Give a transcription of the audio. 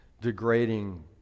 degrading